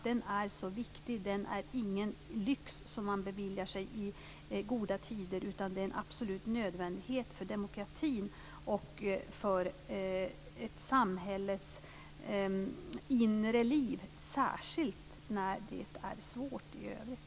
Den är viktig, och den är ingen lyx man beviljar sig i goda tider. Den är en absolut nödvändighet för demokratin och för ett samhälles inre liv - särskilt när det är svårt i övrigt.